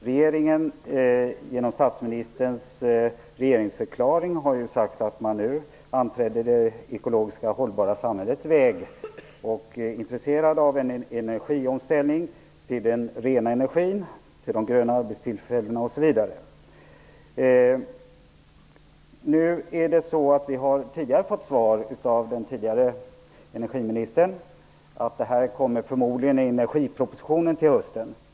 Regeringen har, genom statsministerns regeringsförklaring, sagt att man nu anträder det ekologiska och hållbara samhällets väg, och att man är intresserad av en omställning till den rena energin, de gröna arbetstillfällena osv. Vi har från den tidigare energiministern fått svaret att detta förmodligen kommer i energipropositionen till hösten.